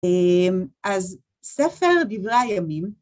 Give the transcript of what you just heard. אז ספר דברי הימים